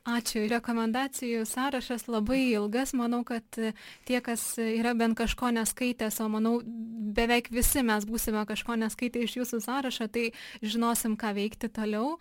ačiū ir rekomendacijų sąrašas labai ilgas manau kad tie kas yra bent kažko neskaitęs o manau beveik visi mes būsime kažko neskaitę iš jūsų sąrašo tai žinosim ką veikti toliau